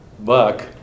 Buck